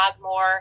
more